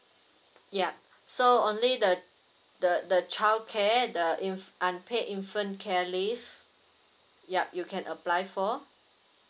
yup so only the the the child care the inf~ unpaid infant care leave yup you can apply for